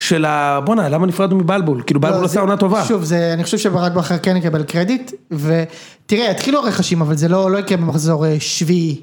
של בואנה למה נפרדנו מבלבול כאילו בלבול עושה עונה טובה, שוב זה אני חושב שברד בכר כן יקבל קרדיט ותראה התחילו הרכשים אבל זה לא יקרה במחזור שביעי.